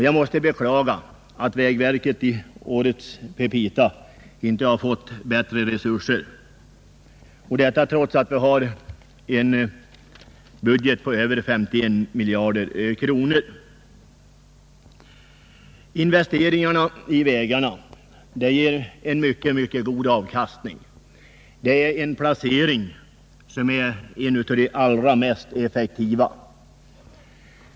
Jag måste beklaga att vägverket i årets petita inte har fått bättre resurser; detta trots att vi har en budget på över 51 miljarder kronor. Investeringar i vägarna ger en mycket god avkastning. Det är en placering som är en av de allra mest räntabla.